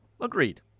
Agreed